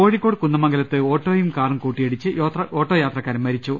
കോഴിക്കോട് കുന്ദമംഗലത്ത് ഓട്ടോയും കാറും കൂട്ടിയിടിച്ച് ഓട്ടോ യാത്രക്കാരൻ മരിച്ചു